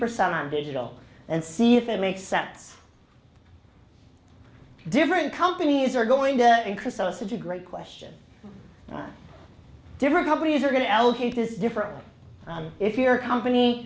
percent on digital and see if it makes sense different companies are going to increase us it's a great question different companies are going to allocate this differ if you're company